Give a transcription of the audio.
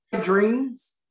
Dreams